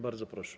Bardzo proszę.